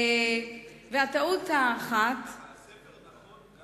חבר הכנסת פלסנר, אתה